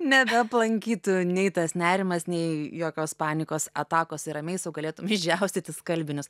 nebeaplankytų nei tas nerimas nei jokios panikos atakos ir ramiai sau galėtum išdžiaustyti skalbinius